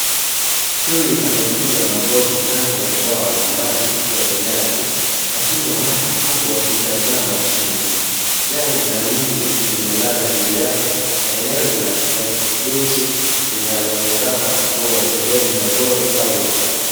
Chui amepiga magoti kando ya bwawa la maji kwenye nyasi, akinywa maji huku akitazama chini. Jani la mti limelala juu yake na eneo ni la kijani kibichi linaloonekana kuwa sehemu ya pori au hifadhi.